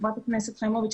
חברת הכנסת חימוביץ',